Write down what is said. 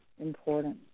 important